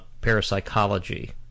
parapsychology